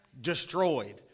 destroyed